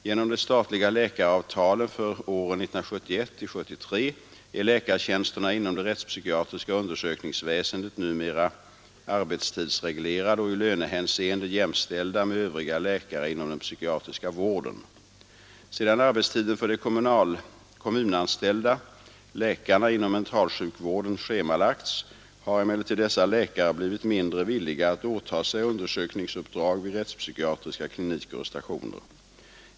Genom de statliga läkaravtalen för åren 1971-1973 är läkartjänsterna inom det rättspsykiatriska undersökningsväsendet numera arbetstidsreglerade och i lönehänseende jämställda med övriga läkare inom den psykiatriska vården. Sedan arbetstiden för de kommunanställda läkarna inom mentalsjukvården schemalagts, har emellertid dessa läkare blivit mindre villiga att åta sig undersökningsuppdrag vid rättspsykiatriska kliniker och stationer.